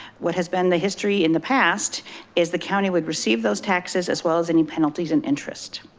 what has been the history in the past is the county would receive those taxes as well as any penalties and interest.